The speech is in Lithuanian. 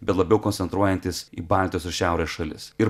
bet labiau koncentruojantis į baltijos ir šiaurės šalis ir